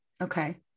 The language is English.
Okay